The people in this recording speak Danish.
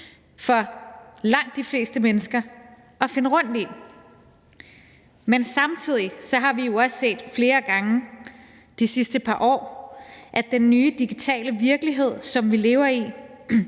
for langt de fleste mennesker. Men samtidig har vi jo også flere gange det sidste par år set, at den nye digitale virkelighed, som vi lever i